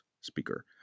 speaker